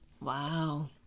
wow